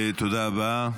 תודה רבה.